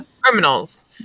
criminals